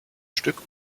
stück